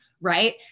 right